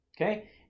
okay